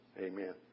Amen